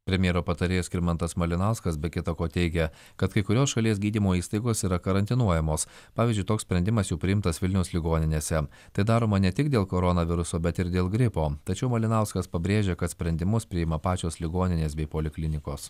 premjero patarėjas skirmantas malinauskas be kita ko teigia kad kai kurios šalies gydymo įstaigos yra karantinuojamos pavyzdžiui toks sprendimas jau priimtas vilniaus ligoninėse tai daroma ne tik dėl koronaviruso bet ir dėl gripo tačiau malinauskas pabrėžia kad sprendimus priima pačios ligoninės bei poliklinikos